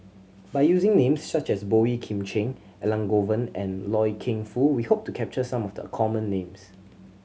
by using names such as Boey Kim Cheng Elangovan and Loy Keng Foo we hope to capture some of the common names